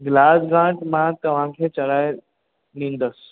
glass गाड मां तव्हांखे चढ़ाए ॾींदुसि